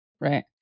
Right